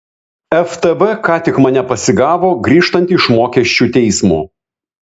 ftb ką tik mane pasigavo grįžtantį iš mokesčių teismo